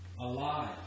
alive